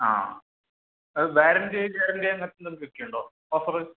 ആ അത് warranty guarantee അങ്ങനത്തെ എന്തെങ്കിലുമൊക്കെയുണ്ടോ ഓഫറ്